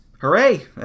Hooray